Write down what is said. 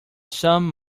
some